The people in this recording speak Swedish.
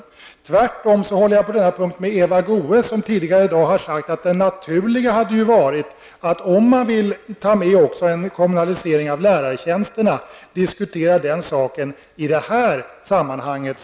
På den punkten håller jag i stället med Eva Goe s, som tidigare i dag har sagt att det naturliga när det gäller detta med en kommunalisering av lärartjänsterna hade varit att också diskutera den saken i det här sammanhanget.